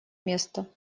место